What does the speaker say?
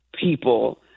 people